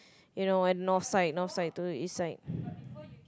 you know and north side north side to the east side